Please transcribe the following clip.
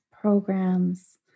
programs